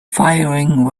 firing